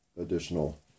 additional